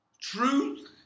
truth